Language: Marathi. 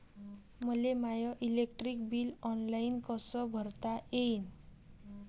मले माय इलेक्ट्रिक बिल ऑनलाईन कस भरता येईन?